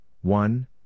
one